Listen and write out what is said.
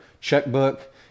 checkbook